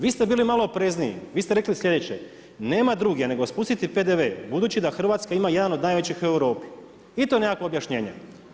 Vi ste bili malo oprezniji, vi ste rekli sljedeće, nema druge, nego spustiti PDV, budući da Hrvatska ima jedan od najvećih u Europi i to je nekakvo objašnjenje.